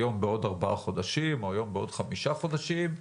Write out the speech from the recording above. היום בעוד ארבעה חודשים או היום בעוד חמישה חודשים,